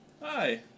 Hi